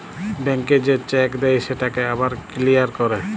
ব্যাংকে যে চ্যাক দেই সেটকে আবার কিলিয়ার ক্যরে